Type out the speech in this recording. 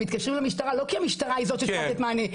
הם מתקשרים למשטרה לא כי המשטרה היא זאת שצריכה לתת מענה,